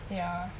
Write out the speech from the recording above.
ya